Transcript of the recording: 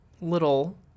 little